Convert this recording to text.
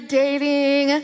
dating